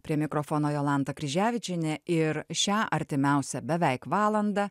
prie mikrofono jolanta kryževičienė ir šią artimiausią beveik valandą